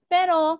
Pero